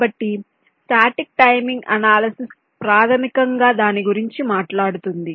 కాబట్టి static timing analysis ప్రాథమికంగా దాని గురించి మాట్లాడుతుంది